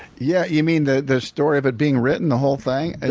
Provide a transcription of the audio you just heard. yeah you mean the the story of it being written, the whole thing?